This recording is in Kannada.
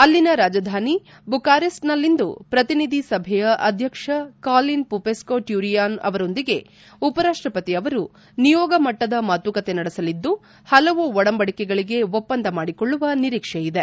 ಅಲ್ಲಿನ ರಾಜಧಾನಿ ಬುಖಾರೆಸ್ಟ್ನಲ್ಲಿಂದು ಪ್ರತಿನಿಧಿ ಸಭೆಯ ಅಧ್ಯಕ್ಷ ಖಾಲಿನ್ ಪೂಪೆಸ್ತು ಟ್ಯಾರಿಸ್ಯೆನೊ ಅವರೊಂದಿಗೆ ಉಪರಾಷ್ಟಪತಿ ಅವರು ನಿಯೋಗ ಮಟ್ಟದ ಮಾತುಕತೆ ನಡೆಸಲಿದ್ದು ಹಲವು ಒಡಂಬಡಿಕೆಗಳಿಗೆ ಒಪ್ಪಂದ ಮಾಡಿಕೊಳ್ಳುವ ನಿರೀಕ್ಷೆ ಇದೆ